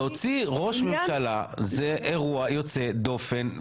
להוציא ראש ממשלה זה אירוע יוצא דופן,